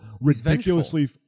ridiculously